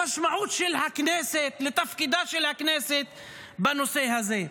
למשמעות של הכנסת, לתפקידה של הכנסת בנושא הזה.